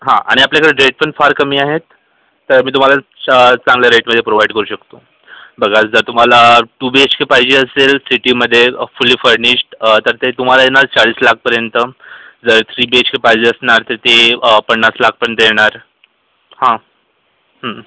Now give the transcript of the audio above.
हां आणि आपल्याकडं डेट पण फार कमी आहेत तर मी तुम्हाला च चांगल्या रेटमध्ये प्रोव्हाईट करू शकतो बघा जर तुम्हाला टू बी एच के पाहिजे असेल सिटीमध्ये फुल्ली फर्निश्ड तर ते तुम्हाला येणार चाळीस लाखपर्यंत जर थ्री बी एच के पाहिजे असणार तर ते पन्नास लाखपर्यंत येणार हां